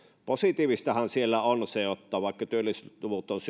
positiivistahan siellä on se että vaikka työllisyysluvut ovat